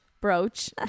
brooch